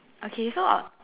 okay so I'll mm